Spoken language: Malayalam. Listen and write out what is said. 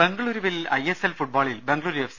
ബംഗുളൂരുവിൽ ഐഎസ്എൽ ഫുട്ബോളിൽ ബംഗുളൂരു എഫ്